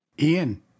Ian